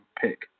pick